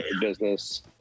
business